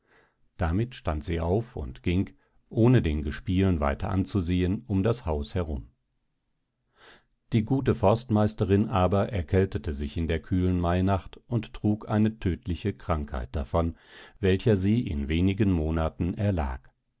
damit stand sie auf und ging ohne den gespielen weiter anzusehen um das haus herum die gute forstmeisterin aber erkältete sich in der kühlen mainacht und trug eine tödliche krankheit davon welcher sie in wenigen monaten erlag